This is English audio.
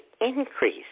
increase